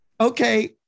okay